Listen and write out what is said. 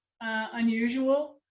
unusual